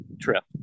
trip